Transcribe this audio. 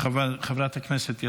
חברת הכנסת שרון ניר,